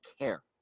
care